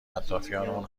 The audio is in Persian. اطرافیانمون